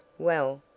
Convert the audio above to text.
well,